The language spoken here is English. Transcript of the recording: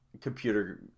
computer